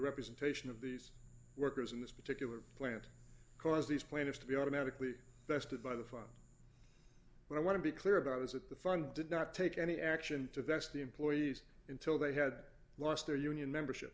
representation of these workers in this particular plant cause these plaintiffs to be automatically tested by the father but i want to be clear about is that the fund did not take any action to vest the employees until they had lost their union membership